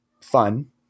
fun